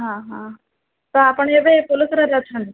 ହଁ ହଁ ତ ଆପଣ ଏବେ ପୋଲସରାରେ ଅଛନ୍ତି